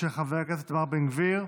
של חבר הכנסת איתמר בן גביר.